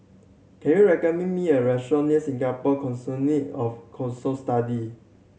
can you recommend me a restaurant near Singapore Consortium of Cohort Studies